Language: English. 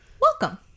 Welcome